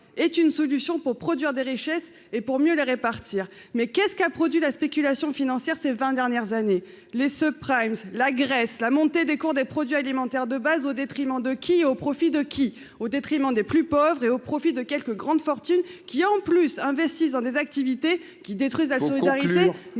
est une solution pour produire des richesses et pour mieux les répartir. Or qu'est-ce qu'a produit la spéculation financière ces vingt dernières années ? Elle a engendré les, la Grèce, la montée du prix des produits alimentaires de base. Au détriment de qui et au profit de qui ? Au détriment des plus pauvres et au profit de quelques grandes fortunes, qui- en plus ! -investissent dans des activités détruisant la solidarité,